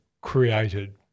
created